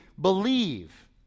believe